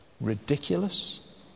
Ridiculous